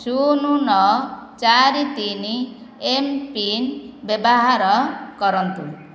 ଶୂନ ନଅ ଚାରି ତିନି ଏମ୍ ପିନ୍ ବ୍ୟବହାର କରନ୍ତୁ